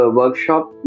workshop